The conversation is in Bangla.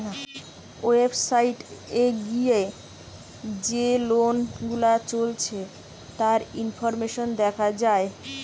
ওয়েবসাইট এ গিয়ে যে লোন গুলা চলছে তার ইনফরমেশন দেখা যায়